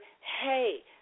hey